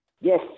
Yes